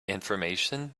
information